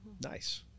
Nice